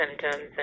symptoms